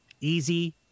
easy